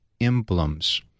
emblems